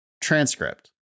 transcript